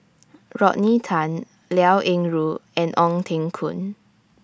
Rodney Liao Yingru and Ong Teng Koon